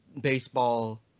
baseball